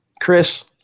Chris